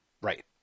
right